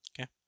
okay